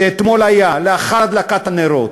אתמול היה לאחר הדלקת הנרות,